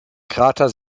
krater